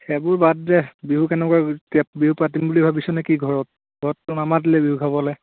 সেইবোৰ বাদ দে বিহু কেনেকুৱা এতিয়া বিহু পাতিম বুলি ভাবিছঁ নে কি ঘৰত ঘৰতটো নামাতিলিয়ে বিহু খাবলৈ